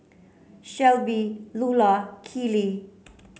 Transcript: Shelbi Lulla Keeley